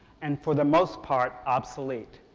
and, for the most part, obsolete.